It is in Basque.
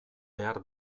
behar